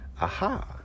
Aha